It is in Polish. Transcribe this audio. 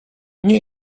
nie